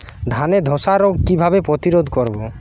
ধানে ধ্বসা রোগ কিভাবে প্রতিরোধ করব?